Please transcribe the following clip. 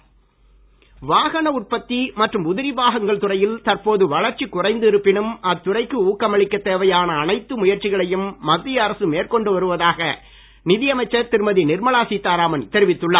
நிர்மலா வாகன உற்பத்தி மற்றும் உதிரிபாகங்கள் துறையில் தற்போது வளர்ச்சி குறைந்து இருப்பினும் அத்துறைக்கு ஊக்கமளிக்க தேவையான அனைத்து முயற்சிகளையும் மத்திய அரசு மேற்கொண்டு வருவதாக நிதி அமைச்சர் திருமதி நிர்மலா சீதாராமன் தெரிவித்துள்ளார்